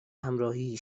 همراهی